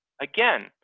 Again